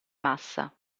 massa